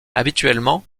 habituellement